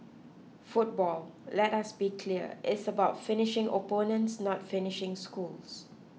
football let us be clear is about finishing opponents not finishing schools